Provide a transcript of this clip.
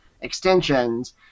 extensions